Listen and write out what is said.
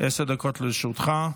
עשר דקות לרשותך.